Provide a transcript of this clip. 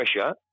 pressure